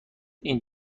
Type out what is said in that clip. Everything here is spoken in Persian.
این